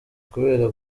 kubera